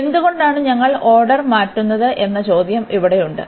എന്തുകൊണ്ടാണ് ഞങ്ങൾ ഓർഡർ മാറ്റുന്നത് എന്ന ചോദ്യം ഇവിടെയുണ്ട്